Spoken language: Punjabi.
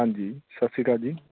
ਹਾਂਜੀ ਸਤਿ ਸ਼੍ਰੀ ਅਕਾਲ ਜੀ